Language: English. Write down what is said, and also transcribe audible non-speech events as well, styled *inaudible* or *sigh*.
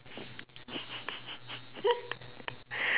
*laughs*